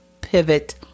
pivot